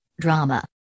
drama